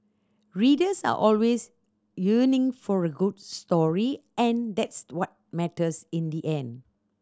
readers are always yearning for a good story and that's what matters in the end